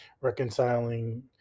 reconciling